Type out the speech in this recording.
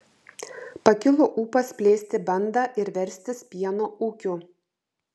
pakilo ūpas plėsti bandą ir verstis pieno ūkiu